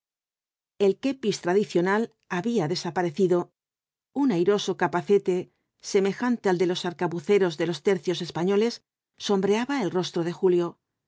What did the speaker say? el kepis tradicional había desaparecido un airoso capacete semejante al de los arcabuceros de los tercios españoles sombreaba el rostro de julio se